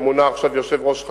עכשיו מונה יושב-ראש חדש,